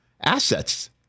assets